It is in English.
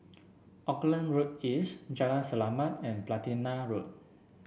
Auckland Road East Jalan Selamat and Platina Road